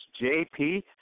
JP